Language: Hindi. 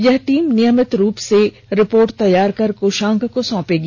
यह टीम नियमित रूप से रिपोर्ट तैयार कर कोषांग को सौंपेगी